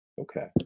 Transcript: Okay